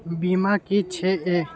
बीमा की छी ये?